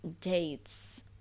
dates